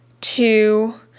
two